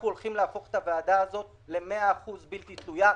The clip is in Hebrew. אנחנו הולכים להפוך את הוועדה הזאת ל-100% בלתי תלויה.